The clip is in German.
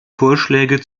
vorschläge